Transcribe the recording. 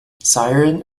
siren